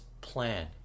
plan